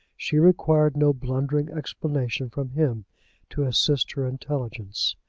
she required no blundering explanation from him to assist her intelligence.